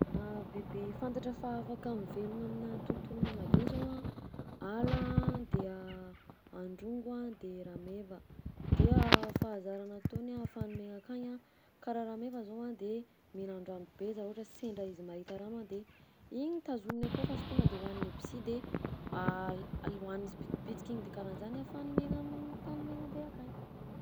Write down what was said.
Biby fantatra fa afaka mivelogna aminà tontolo maigna be zao a: hala, de androngo a de rameva; de fahazarana ataony a ahafahany miaigna akagny a karaha rameva zao a de mihinan-drano be izy raha ohatra hoe sendra izy mahita rano a de igny tazominy akao fa sy tonga de hohaniny aby si de hohaniny sibitibitiky igny de karahan'zany ahafahany miaigna amin'ny tany maigna be akany.